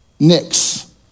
Nicks